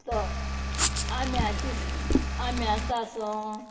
तो आम्याचें आम्या सांसोव